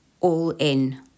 all-in